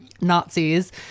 Nazis